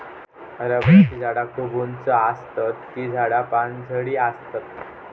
रबराची झाडा खूप उंच आसतत ती झाडा पानझडी आसतत